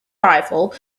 arrival